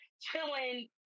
chilling